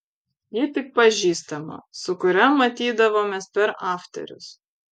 ji tik pažįstama su kuria matydavomės per afterius